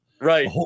Right